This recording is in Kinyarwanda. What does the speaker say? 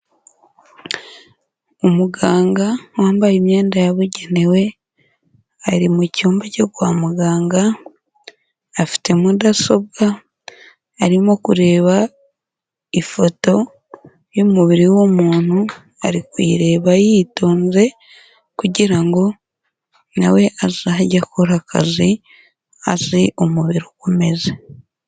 Umuganga wambaye imyenda yabugenewe, ari mu cyumba cyo kwa muganga, afite mudasobwa, arimo kureba ifoto y'umubiri w'umuntu, ari kuyireba yitonze kugira ngo na we azajye akora akazi azi umubiri uko umeze.